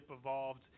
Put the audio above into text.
evolved